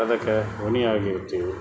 ಅದಕ್ಕೆ ಋಣಿಯಾಗಿರ್ತೀವಿ